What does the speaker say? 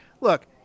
look